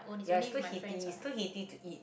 ya is too heaty too heaty to eat